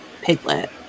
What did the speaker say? Piglet